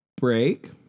break